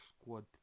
squad